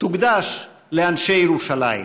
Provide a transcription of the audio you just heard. תוקדש לאנשי ירושלים.